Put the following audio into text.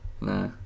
Nah